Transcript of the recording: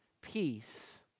peace